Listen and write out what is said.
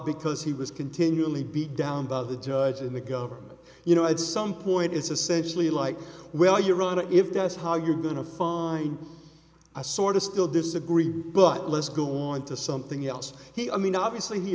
because he was continually beat down by the judge and the government you know at some point it's essentially like well your honor if that's how you're going to find i sort of still disagree but let's go on to something else he i mean obviously he